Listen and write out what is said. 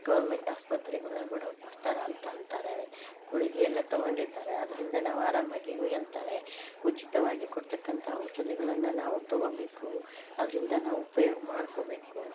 government ಆಸ್ಪತ್ರೇಲಿ ಕೂಡ ಕೊಡ್ತಾರೆ ಅಂತ ಅಂತಾರೆ ಗುಳಿಗೆ ಎಲ್ಲ ತಗೊಂಡಿದ್ದಾರೆ ಅದರಿಂದ ನಾವು ಆರಾಮ ಆಗಿದೀವಿ ಅಂತಾರೆ ಉಚಿತವಾಗಿ ಕೊಡ್ತಕ್ಕಂಥ ಔಷಧಿಗಳನ್ನು ನಾವು ತಗೊಬೇಕು ಅದರಿಂದ ನಾವು ಉಪಯೋಗ ಮಾಡ್ಕೊಬೇಕು